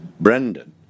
Brendan